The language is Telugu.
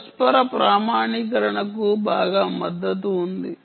పరస్పర ప్రామాణీకరణకు బాగా మద్దతు ఉంది